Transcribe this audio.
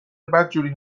بدجوری